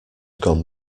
gone